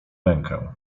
rękę